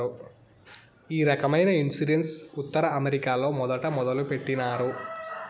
ఈ రకమైన ఇన్సూరెన్స్ ఉత్తర అమెరికాలో మొదట మొదలుపెట్టినారు